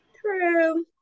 True